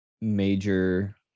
major